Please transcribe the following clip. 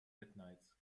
midnight